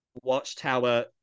watchtower